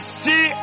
see